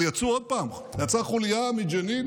אבל יצאו עוד פעם, יצאה חוליה מג'נין